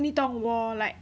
你懂我 like